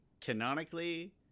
canonically